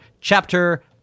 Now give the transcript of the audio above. chapter